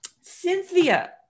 Cynthia